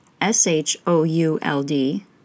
S-H-O-U-L-D